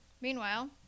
Meanwhile